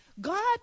God